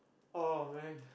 orh when